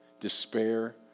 despair